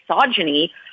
misogyny